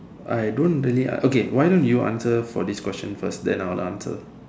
I don't really okay why don't you answer for this question first then I will answer